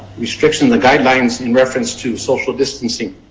restriction, the guidelines in reference to social distancing.